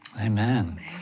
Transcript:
Amen